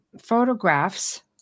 photographs